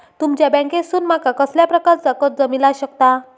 तुमच्या बँकेसून माका कसल्या प्रकारचा कर्ज मिला शकता?